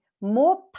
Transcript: more